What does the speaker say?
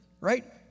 Right